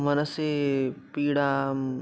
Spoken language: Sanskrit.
मनसि पीडाम्